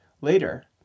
Later